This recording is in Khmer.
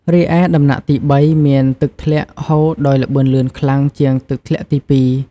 រីឯដំណាក់ទី៣ មានទឹកធ្លាក់ហូរដោយល្បឿនលឿនខ្លាំងជាងទឹកធ្លាក់ទី២។